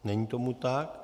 Není tomu tak.